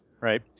right